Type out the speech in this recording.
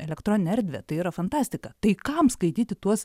elektroninę erdvę tai yra fantastika tai kam skaityti tuos